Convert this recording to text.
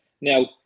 Now